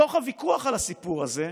בתוך הוויכוח על הסיפור הזה,